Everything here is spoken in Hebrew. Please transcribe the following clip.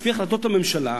ולפי החלטות הממשלה,